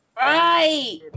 right